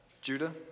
Judah